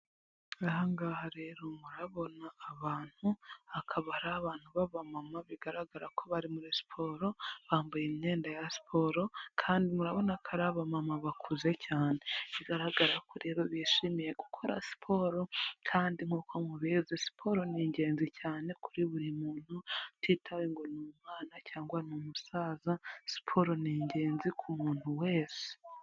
Aha ngaha rero murahabona abantu, hakaba ari abantu babamama bigaragara ko bari muri siporo, bambaye imyenda ya siporo kandi murabona ko ari abamama bakuze cyane. Bigaragara ko rero bishimiye gukora siporo kandi nkuko mubizi siporo ni ingenzi cyane kuri buri muntu utitawe ngo ni umwana cyangwa ni umusaza, siporo ni ingenzi ku muntu wese.